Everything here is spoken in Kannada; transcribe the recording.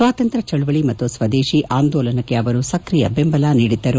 ಸ್ವಾತಂತ್ರ್ತ್ವ ಚಳುವಳಿ ಮತ್ತು ಸ್ವದೇಶಿ ಆಂದೋಲನಕ್ಕೆ ಅವರು ಸಕ್ರಿಯ ಬೆಂಬಲ ನೀಡಿದ್ದರು